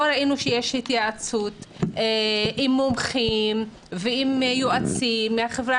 לא ראינו שיש התייעצות עם מומחים ועם יועצים מהחברה